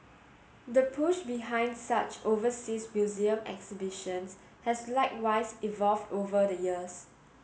the push behind such overseas museum exhibitions has likewise evolved over the years